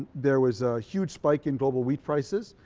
there was a huge spike in global wheat prices